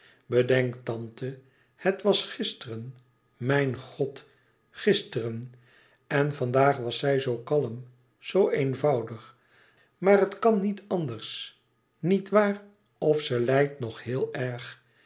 bedenk tante het was gisteren mijn god gisteren en vandaag was ze zoo kalm zoo eenvoudig maar het kan niet anders niet waar of ze lijdt nog heel erg